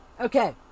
Okay